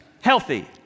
healthy